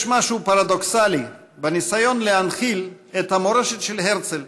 יש משהו פרדוקסלי בניסיון להנחיל את המורשת של הרצל,